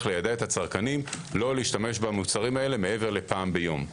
ליידע את הצרכנים לא להשתמש במוצרים האלה מעבר לפעם ביום.